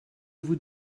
vous